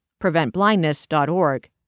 PreventBlindness.org